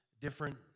different